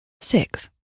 six